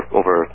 over